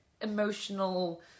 emotional